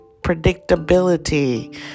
predictability